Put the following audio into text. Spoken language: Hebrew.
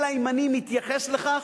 אלא אם אני מתייחס לכך,